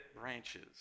branches